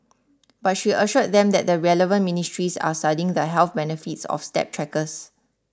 but she assured them that the relevant ministries are studying the health benefits of step trackers